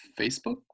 Facebook